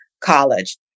college